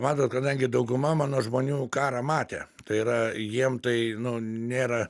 matot kadangi dauguma mano žmonių karą matę tai yra jiem tai nėra